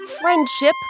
Friendship